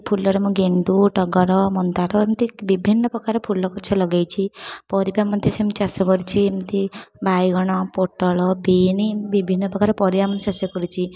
ଫୁଲର ମୁଁ ଗେଣ୍ଡୁ ଟଗର ମନ୍ଦାର ଏମିତି ବିଭିନ୍ନ ପ୍ରକାର ଫୁଲ ଗଛ ଲଗେଇଛି ପରିବା ମଧ୍ୟ ସେମିତି ଚାଷ କରିଛି ଏମିତି ବାଇଗଣ ପୋଟଳ ବିନ୍ ବିଭିନ୍ନ ପ୍ରକାର ପରିବା ମଧ୍ୟ ଚାଷ କରିଛି